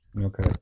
Okay